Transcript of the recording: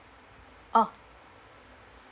ah